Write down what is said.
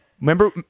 Remember